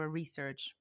research